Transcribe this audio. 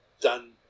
done